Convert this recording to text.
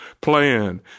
plan